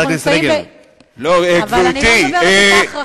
אני לא מדברת אתך,